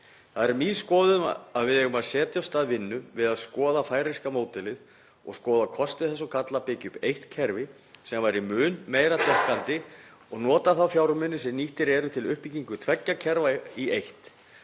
Það er mín skoðun að við eigum að setja af stað vinnu við að skoða færeyska módelið og skoða kosti þess og galla að byggja upp eitt kerfi sem væri mun meira þokkandi og nota þá fjármuni sem nýttir eru til uppbyggingar tveggja kerfa í eitt.